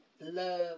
love